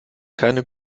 keine